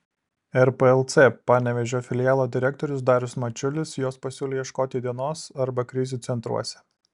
rplc panevėžio filialo direktorius darius mačiulis jos pasiūlė ieškoti dienos arba krizių centruose